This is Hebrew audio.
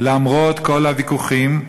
למרות כל הוויכוחים,